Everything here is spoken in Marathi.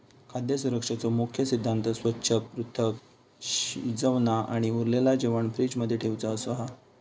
खाद्य सुरक्षेचो मुख्य सिद्धांत स्वच्छ, पृथक, शिजवना आणि उरलेला जेवाण फ्रिज मध्ये ठेउचा असो हा